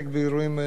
פה,